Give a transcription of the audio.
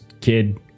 kid